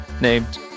named